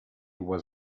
was